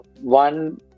One